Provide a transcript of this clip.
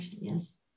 yes